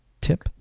tip